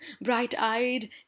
bright-eyed